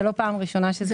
זה